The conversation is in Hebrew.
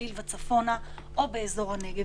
בגליל וצפונה או באזור הנגב,